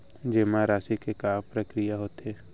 जेमा राशि के का प्रक्रिया होथे?